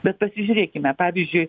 bet pasižiūrėkime pavyzdžiui